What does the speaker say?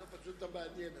לא, פשוט אתה מעניין.